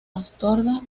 astorga